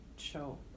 show